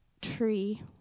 tree